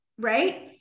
right